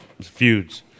feuds